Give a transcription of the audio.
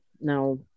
Now